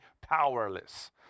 powerless